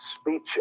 speech